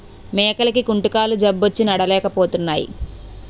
మేకలకి కుంటుకాలు జబ్బొచ్చి నడలేపోతున్నాయి